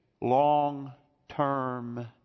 long-term